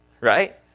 Right